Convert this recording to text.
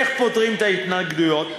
איך פותרים את ההתנגדויות?